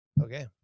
Okay